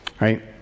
right